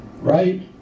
Right